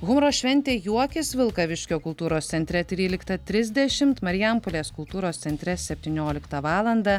humoro šventė juokis vilkaviškio kultūros centre tryliktą trisdešimt marijampolės kultūros centre septynioliktą valandą